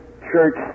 Church